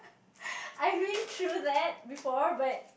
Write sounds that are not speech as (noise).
(laughs) I've been through that before but